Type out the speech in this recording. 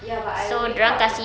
ya but I wake up